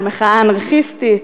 של מחאה אנרכיסטית?